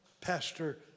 pastor